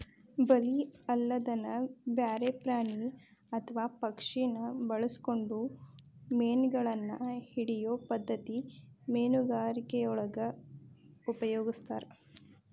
ಬಲಿ ಅಲ್ಲದನ ಬ್ಯಾರೆ ಪ್ರಾಣಿ ಅತ್ವಾ ಪಕ್ಷಿನ ಬಳಸ್ಕೊಂಡು ಮೇನಗಳನ್ನ ಹಿಡಿಯೋ ಪದ್ಧತಿ ಮೇನುಗಾರಿಕೆಯೊಳಗ ಉಪಯೊಗಸ್ತಾರ